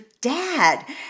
dad